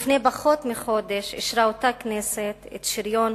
לפני פחות מחודש אישרה אותה כנסת את שריון